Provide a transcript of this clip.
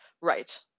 Right